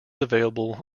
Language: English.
available